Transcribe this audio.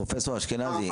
פרופ' אשכנזי,